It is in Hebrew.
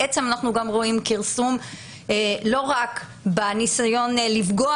בעצם אנחנו גם רואים כרסום לא רק בניסיון לפגוע